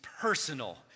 personal